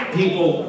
people